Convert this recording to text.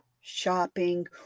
shopping